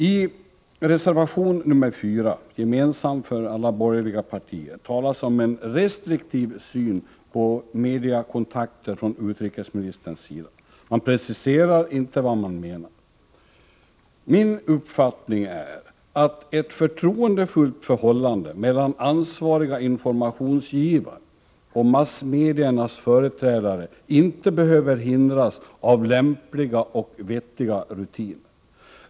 I reservation nr 4, gemensam för alla borgerliga partier, talas om en restriktiv syn på mediakontakter från utrikesministerns sida. Man preciserar inte vad man menar. Min uppfattning är att ett förtroendefullt förhållande mellan ansvariga informationsgivare och massmediernas företrädare inte behöver hindras av lämpliga och vettiga rutiner.